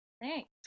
Thanks